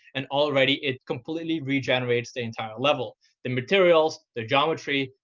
and already it completely regenerates the entire level the materials, the geometry,